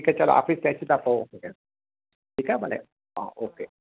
ठीकु आहे चल आफीस ते अचूं था पोइ ठीकु आहे भले हा ओके